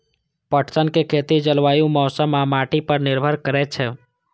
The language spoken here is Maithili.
पटसनक खेती जलवायु, मौसम आ माटि पर निर्भर करै छै